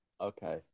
Okay